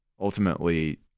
ultimately